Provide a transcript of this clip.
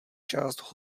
část